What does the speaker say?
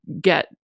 get